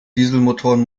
dieselmotoren